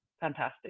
fantastic